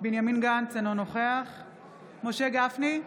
בנימין גנץ, אינו נוכח משה גפני,